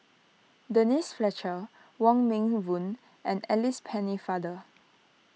Denise Fletcher Wong Meng Voon and Alice Pennefather